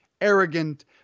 arrogant